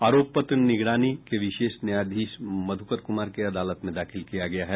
आरोप पत्र निगरानी के विशेष न्यायाधीश मधुकर कुमार की अदालत में दाखिल किया गया है